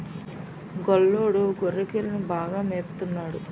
గొల్లోడు గొర్రెకిలని బాగా మేపత న్నాడు